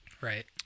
Right